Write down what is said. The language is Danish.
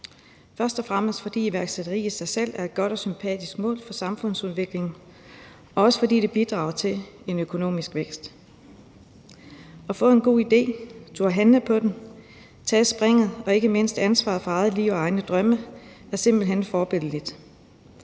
først og fremmest fordi iværksætteri i sig selv er et godt og sympatisk mål for samfundsudviklingen, og fordi det bidrager til en økonomisk vækst. At få en god idé, at turde handle på den, at tage springet og ikke mindst ansvaret for eget liv og egne drømme er simpelt hen forbilledligt.